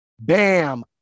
bam